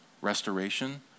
restoration